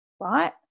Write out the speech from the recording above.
right